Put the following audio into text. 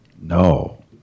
No